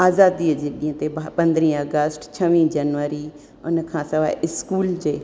आज़ादीअ जी ॾींहुं ते मां पंद्रहीं अगस्त छवीह जनवरी हुन खां सवाइ इस्कूल जे